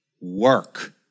work